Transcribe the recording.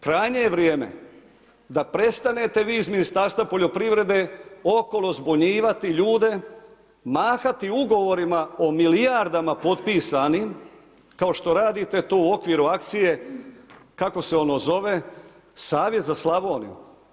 Krajnje je vrijeme da prestanete vi iz Ministarstva poljoprivrede okolo zbunjivati ljude, mahati ugovorima o milijardama potpisanim kao što radite to u okviru akcije, kako se ono zove Savjet za Slavoniju.